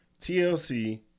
TLC